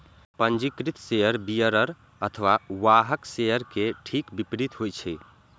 पंजीकृत share bearer अथवा वाहक शेयर के ठीक विपरीत होइ छै